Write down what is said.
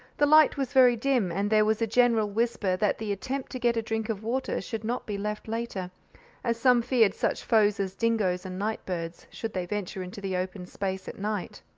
the light was very dim, and there was a general whisper that the attempt to get a drink of water should not be left later as some feared such foes as dingoes and night birds, should they venture into the open space at night.